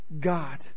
God